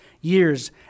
years